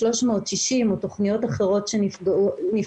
360 או תוכניות אחרות שנפגעו,